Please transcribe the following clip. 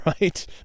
right